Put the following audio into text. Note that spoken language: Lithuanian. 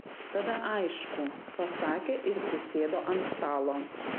tada aišku pasakė ir prisėdo ant stalo